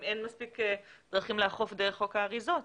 אם אין מספיק דרכים לאכוף דרך חוק האריזות,